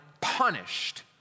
punished